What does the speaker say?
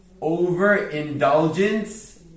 overindulgence